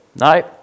No